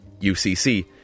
UCC